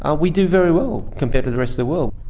ah we do very well compared to the rest of the world.